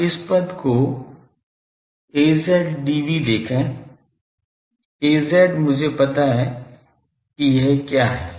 अब इस पद को Az dv देखें Az मुझे पता है कि यह क्या है